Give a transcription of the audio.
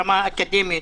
ברמה האקדמית,